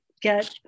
get